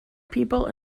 people